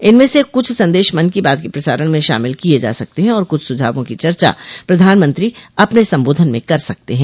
इनमें से कुछ संदेश मन की बात के प्रसारण में शामिल किए जा सकते हैं और कुछ सुझावों की चर्चा प्रधानमंत्री अपने संबोधन में कर सकते हैं